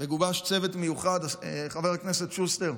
וגובש צוות מיוחד, חבר הכנסת שוסטר,